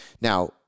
Now